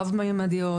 רב מימדיות,